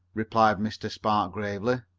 replied mr. spark gravely.